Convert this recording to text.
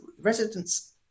residents